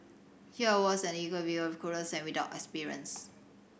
here I was an eager beaver clueless and without experience